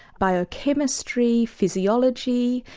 biochemistry, physiology,